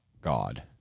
god